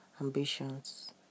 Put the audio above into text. ambitions